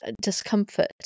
discomfort